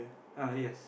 uh yes